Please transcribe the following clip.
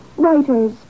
Writers